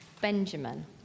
Benjamin